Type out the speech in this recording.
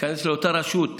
תיכנס לאותה רשות,